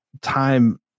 time